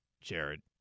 Jared